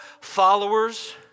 followers